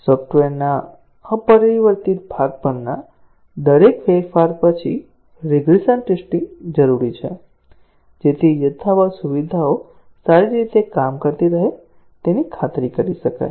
સોફ્ટવેરના અપરિવર્તિત ભાગ પરના દરેક ફેરફાર પછી રીગ્રેસન ટેસ્ટીંગ જરૂરી છે જેથી યથાવત સુવિધાઓ સારી રીતે કામ કરતી રહે તેની ખાતરી કરી શકાય